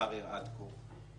עד כה.